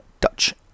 Dutch